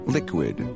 Liquid